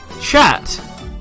chat